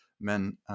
men